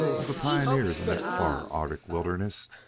of the pioneers in that far arctic wilderness,